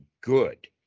good